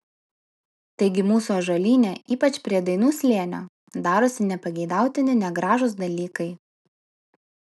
taigi mūsų ąžuolyne ypač prie dainų slėnio darosi nepageidautini negražūs dalykai